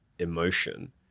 emotion